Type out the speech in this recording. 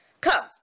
Come